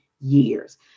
years